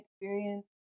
experience